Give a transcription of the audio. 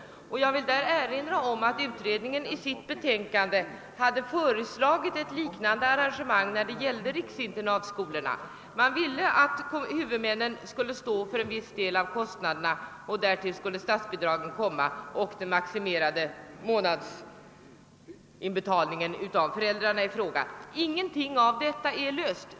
Jag vill där erinra om att utredningen i sitt betänkande hade föreslagit ett liknande arrangemang beträffande riksinternatskolorna. Utredningen ville att huvudmännen skulle stå för en viss del av kostnaderna. Därtill skulle komma statsbidrag och den maximerade månadsinbetalningen av föräldrarna. Inget av dessa problem har blivit löst.